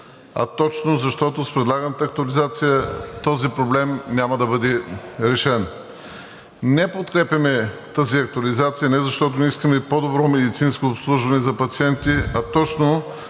а точно защото с предлаганата актуализация този проблем няма да бъде решен. Не подкрепяме тази актуализация не защото не искаме по добро медицинско обслужване за пациенти, а точно